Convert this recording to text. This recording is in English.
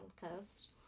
coast